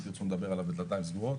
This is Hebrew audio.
אם תרצו נדבר עליו בדלתיים סגורות